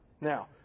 Now